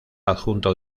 adjunto